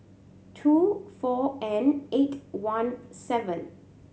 two four N eight one seven